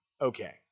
okay